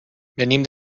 venim